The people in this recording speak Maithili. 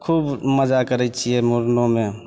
खूब मजा करै छिए मुड़नोमे